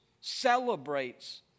celebrates